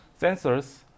Sensors